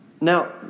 Now